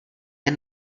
jen